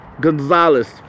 Gonzalez